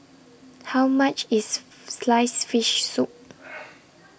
How much IS Sliced Fish Soup